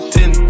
Ten